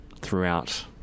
throughout